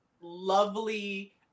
lovely